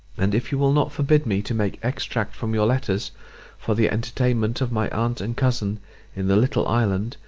and if you will not forbid me to make extracts from your letters for the entertainment of my aunt and cousin in the little island,